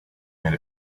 made